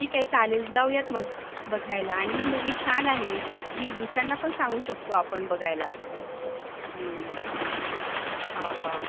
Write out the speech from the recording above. ठीक आहे चालेल जाऊयात मग बघायला आणि ही मूव्ही छान आहे ही दुसऱ्यांना पण सांगू शकतो आपण बघायला हो हो